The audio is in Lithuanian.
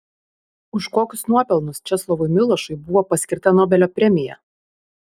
už kokius nuopelnus česlovui milošui buvo paskirta nobelio premija